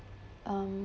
um